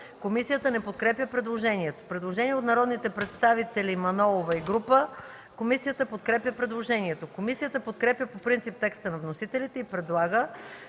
Комисията не подкрепя предложението. Предложение от народния представител Мая Манолова и група народни представители. Комисията подкрепя предложението. Комисията подкрепя по принцип текста на вносителите и предлага